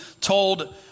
told